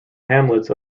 hamlets